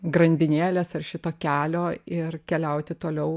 grandinėlės ar šito kelio ir keliauti toliau